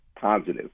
positive